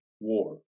war